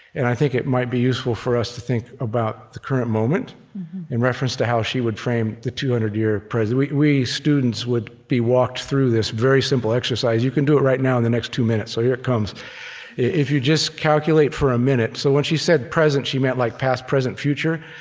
and i think it might be useful for us to think about the current moment in reference to how she would frame the two hundred year present. we students would be walked through this very simple exercise. you can do it right now, in the next two minutes. so here it comes if you just calculate, for a minute so when she said present, she meant, like, past, present, future.